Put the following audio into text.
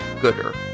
gooder